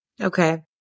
Okay